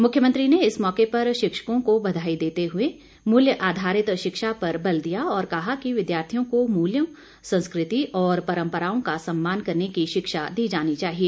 मुख्यमंत्री ने इस मौके पर शिक्षकों को बधाई देते हुए मूल्य आधारित शिक्षा पर बल दिया और कहा कि विद्यार्थियों को मूल्यों संस्कृति और परंपराओं का सम्मान करने की शिक्षा दी जानी चाहिए